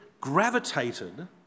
gravitated